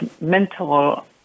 mental